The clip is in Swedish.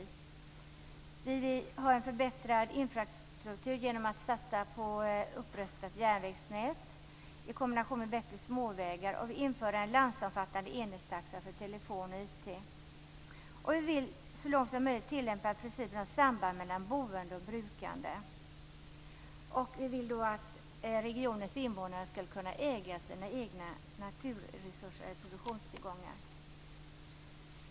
Vi vill ha en förbättrad infrastruktur genom att satsa på ett upprustat järnvägsnät i kombination med bättre småvägar och införa en landsomfattande enhetstaxa för telefon och IT. Vi vill så långt som möjligt tillämpa principen om samband mellan boende och brukande. Regionens invånare skall kunna äga sina egna naturresurser eller produktionstillgångar.